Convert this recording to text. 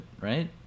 right